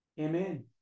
amen